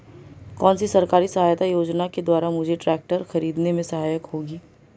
कौनसी सरकारी सहायता योजना के द्वारा मुझे ट्रैक्टर खरीदने में सहायक होगी?